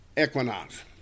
equinox